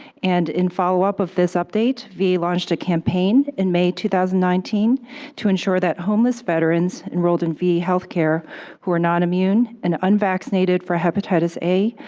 and in follow up of this update, va launched a campaign in may two thousand and nineteen to ensure that homeless veterans enrolled in va healthcare who are not immune, and unvaccinated for hepatitis a,